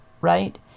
right